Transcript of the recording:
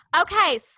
Okay